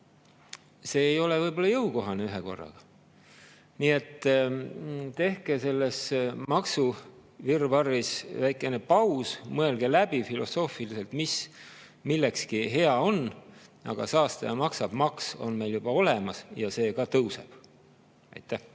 See ei ole võib-olla ühekorraga jõukohane. Nii et tehke selles maksuvirvarris väikene paus, mõelge läbi filosoofiliselt, mis millekski hea on. Aga saastaja-maksab-maks on meil juba olemas ja see ka tõuseb. Suur